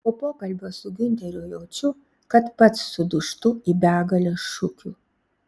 po pokalbio su giunteriu jaučiu kad pats sudūžtu į begalę šukių